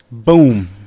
Boom